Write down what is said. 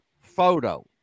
photo